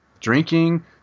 Drinking